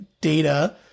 data